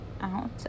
out